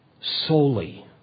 Solely